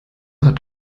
hat